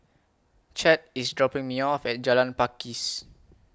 Chet IS dropping Me off At Jalan Pakis